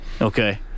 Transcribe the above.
Okay